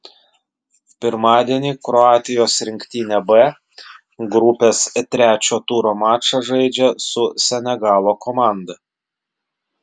pirmadienį kroatijos rinktinė b grupės trečio turo mačą žaidžia su senegalo komanda